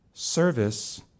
service